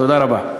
תודה רבה.